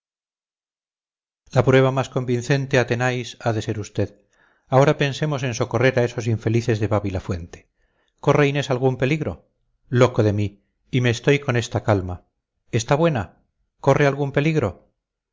la prueba más convincente athenais ha de ser usted ahora pensemos en socorrer a esos infelices de babilafuente corre inés algún peligro loco de mí y me estoy con esta calma está buena corre algún peligro